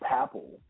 Papal